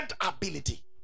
ability